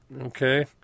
Okay